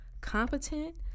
competent